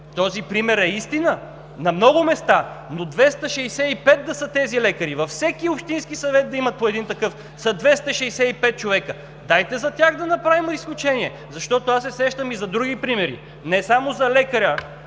Този пример е истина на много места, но 265 са тези лекари. Във всеки общински съвет да има по един такъв, те са 265 човека, дайте за тях да направим изключение. Защото се сещам и за други примери, а не само за лекаря,